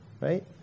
right